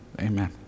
Amen